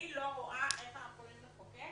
אני לא רואה איך אנחנו יכולים לחוקק